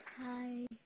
Hi